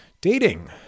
dating